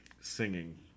singing